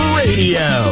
radio